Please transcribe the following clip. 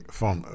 van